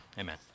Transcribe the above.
amen